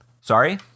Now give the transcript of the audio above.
Sorry